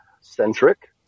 centric